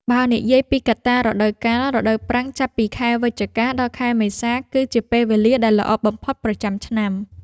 បើនិយាយពីកត្តារដូវកាល រដូវប្រាំងចាប់ពីខែវិច្ឆិកា ដល់ខែមេសា គឺជាពេលវេលាដែលល្អបំផុតប្រចាំឆ្នាំ។